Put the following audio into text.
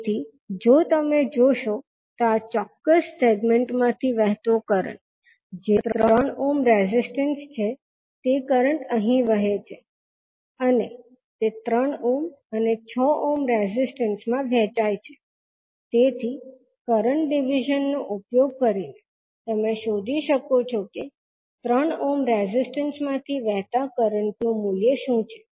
તેથી જો તમે જોશો તો આ ચોક્ક્સ સેગમેન્ટ માંથી વહેતો કરંટ જે 3 ઓહ્મ રેઝિસ્ટન્સ છે તે કરંટ અહી વહે છે અને તે 3 ઓહ્મ અને 6 ઓહ્મ રેઝિસ્ટન્સ માં વહેચાય છે તેથી કરંટ ડિવિઝન નો ઉપયોગ કરીને તમે શોધી શકો છો કે 3 ઓહ્મ રેઝિસ્ટન્સ માંથી વહેતા કરંટ નું મૂલ્ય શું છે